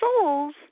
souls